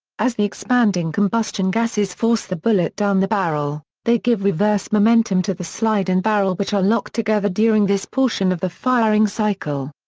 as the expanding combustion gases force the bullet down the barrel, they give reverse momentum to the slide and barrel which are locked together during this portion of the firing cycle.